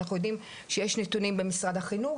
אנחנו יודעים שיש נתונים במשרד החינוך,